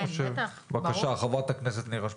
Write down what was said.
בבקשה ח"כ נירה שפק.